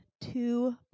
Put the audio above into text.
two